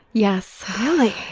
yes. really?